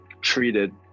treated